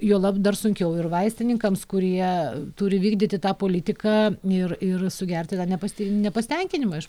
juolab dar sunkiau ir vaistininkams kurie turi vykdyti tą politiką ir ir sugerti tą nepastin nepasitenkinimą iš